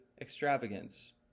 extravagance